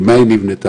ממה היא נבנתה?